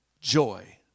joy